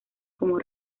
como